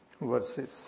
verses